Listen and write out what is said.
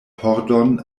pordon